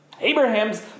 Abraham's